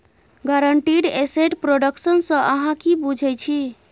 guaranteed asset production सँ अहाँ कि बुझै छी